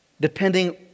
depending